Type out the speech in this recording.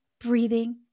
breathing